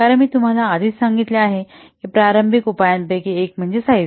कारण मी तुम्हाला आधीच सांगितले आहे की प्रारंभिक उपायांपैकी एक म्हणजे साइज